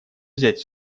взять